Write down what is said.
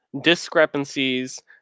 discrepancies